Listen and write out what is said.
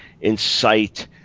incite